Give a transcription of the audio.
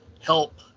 help